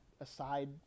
aside